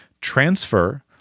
transfer